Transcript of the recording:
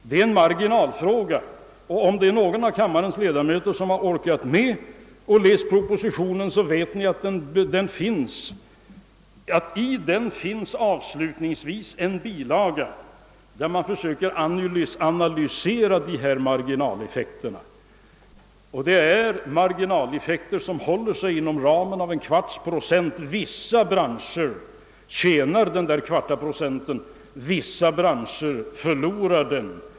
Det är en marginalfråga, och om någon av kammarens ledamöter har orkat med att läsa propositionen så vet han att där finns avslutningsvis en bilaga med försök att analysera dessa marginaleffekter. Det är marginaleffekter som håller sig inom ramen för en kvarts procent. Vissa branscher tjänar denna fjärdedels procent, vissa branscher förlorar den.